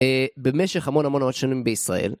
במשך המון המון שנים בישראל.